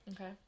Okay